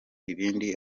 ibindi